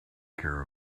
care